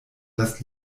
das